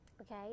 Okay